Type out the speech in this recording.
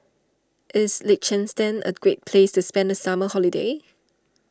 is Liechtenstein a great place to spend the summer holiday